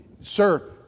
sir